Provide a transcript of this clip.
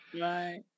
Right